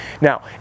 Now